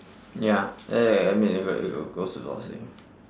ya I mean it'll it'll goes with your saving